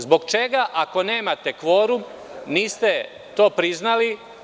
Zbog čega ako nemate kvorum niste to priznali.